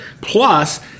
Plus